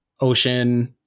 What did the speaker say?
ocean